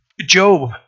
Job